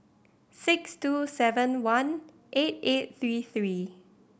six two seven one eight eight three three